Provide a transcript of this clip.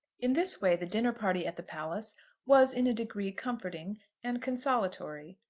in this way the dinner-party at the palace was in a degree comforting and consolatory.